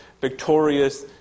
victorious